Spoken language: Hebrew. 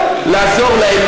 לעזור להם,